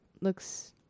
looks